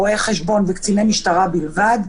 רואי חשבון או קציני משטרה בלבד,